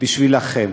בשבילכם.